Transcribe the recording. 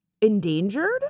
endangered